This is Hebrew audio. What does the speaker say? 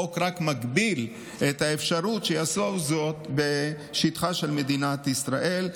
החוק רק מגביל את האפשרות שיעשו זאת בשטחה של מדינת ישראל,